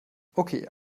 okay